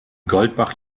goldbach